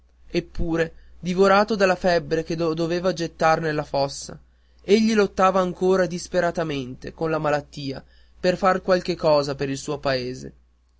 eppure divorato dalla febbre che lo doveva gettar nella fossa egli lottava ancora disperatamente con la malattia per far qualche cosa per il suo paese